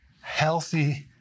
healthy